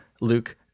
Luke